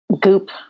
Goop